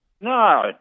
No